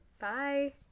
Bye